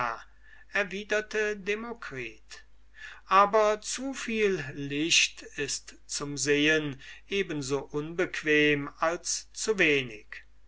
erwiderte demokritus aber zu viel licht ist zum sehen eben so unbequem als zu